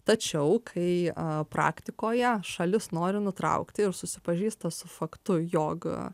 tačiau kai praktikoje šalis nori nutraukti ir susipažįsta su faktu jog